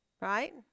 Right